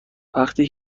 وقتی